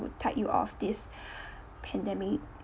tide you off this pandemic